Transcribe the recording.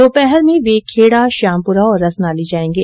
दोपहर में वे खेड़ा श्यामपुरा और रसनाली जायेंगे